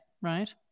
right